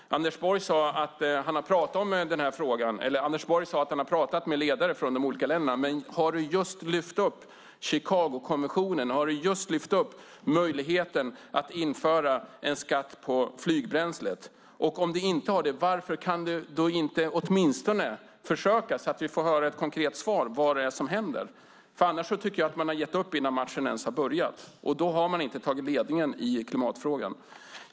Anders Borg sade att han har talat med ledare från de olika länderna. Men har du lyft upp Chicagokonventionen? Har du lyft upp möjligheten att införa en skatt på flygbränslet? Om du inte har det, varför kan du inte åtminstone försöka så att vi får ett konkret svar på vad det är som händer? Annars har man gett upp innan matchen ens har börjat och inte tagit ledningen i klimatfrågan.